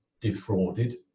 defrauded